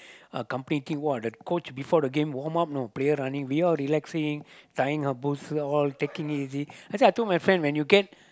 a company team !wah! the coach before the game warm up you know player running we all relaxing tying our bolster all taking easy I say I tell my friend you know when you get